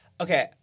okay